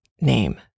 name